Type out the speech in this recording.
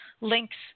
links